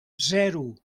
zero